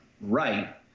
right